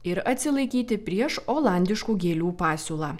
ir atsilaikyti prieš olandiškų gėlių pasiūlą